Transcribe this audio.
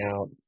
out